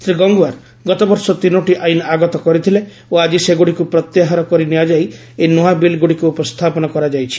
ଶ୍ରୀ ଗଙ୍ଗଓ୍ୱାର ଗତବର୍ଷ ତିନୋଟି ଆଇନ୍ ଆଗତ କରିଥିଲେ ଓ ଆଜି ସେଗୁଡ଼ିକୁ ପ୍ରତ୍ୟାହାର କରିନିଆଯାଇ ଏହି ନୂଆ ବିଲ୍ଗୁଡ଼ିକୁ ଉପସ୍ଥାପନ କରାଯାଇଛି